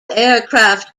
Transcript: aircraft